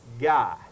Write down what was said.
guy